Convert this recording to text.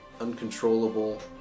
uncontrollable